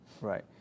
right